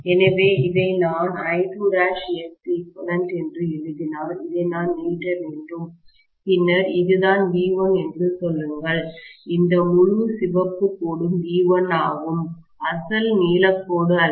எனவே இதை நான் I2'Xeq என்று எழுதினால் இதை நான் நீட்ட வேண்டும் பின்னர் இதுதான் V1 என்று சொல்லுங்கள் இந்த முழு சிவப்பு கோடும் V1ஆகும் அசல் நீலக்கோடு அல்ல